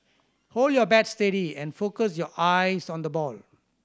hold your bat steady and focus your eyes on the ball